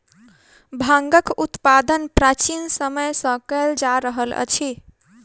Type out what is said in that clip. भांगक उत्पादन प्राचीन समय सॅ कयल जा रहल अछि